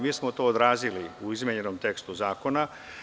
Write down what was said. Mi smo to odrazili u izmenjenom tekstu zakona.